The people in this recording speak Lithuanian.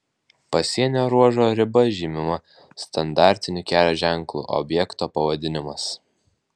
pasienio ruožo riba žymima standartiniu kelio ženklu objekto pavadinimas